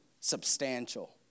substantial